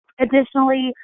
Additionally